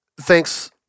Thanks